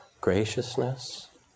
graciousness